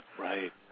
Right